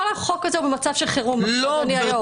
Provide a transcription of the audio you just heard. כל החוק הזה הוא במצב של חירום, אדוני היושב-ראש.